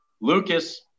Lucas